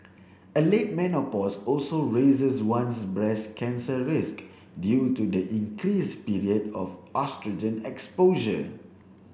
a late menopause also raises one's breast cancer risk due to the increased period of oestrogen exposure